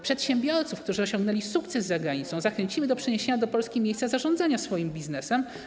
Przedsiębiorców, którzy osiągnęli sukces za granicą, zachęcimy do przeniesienia do Polski miejsca zarządzania swoim biznesem.